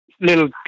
little